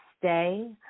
stay